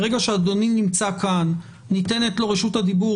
ברגע שאדוני נמצא כאן ניתנת לו רשות הדיבור,